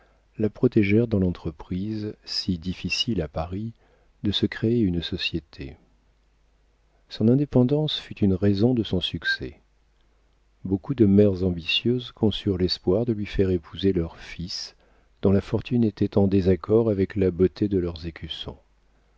la protégèrent dans l'entreprise si difficile à paris de se créer une société son indépendance fut une raison de son succès beaucoup de mères ambitieuses conçurent l'espoir de lui faire épouser leurs fils dont la fortune était en désaccord avec la beauté de leurs écussons